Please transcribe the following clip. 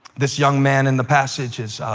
this young man in the passage is,